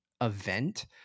event